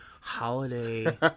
holiday